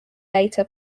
beta